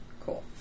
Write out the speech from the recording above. Cool